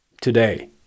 today